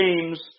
games